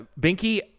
Binky